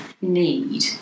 need